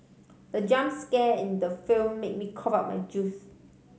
the jump scare in the film made me cough out my juice